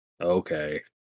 Okay